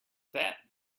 that